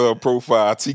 profile